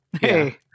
hey